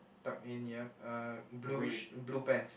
tucked in yup uh blue sh~ blue pants